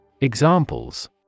Examples